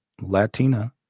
Latina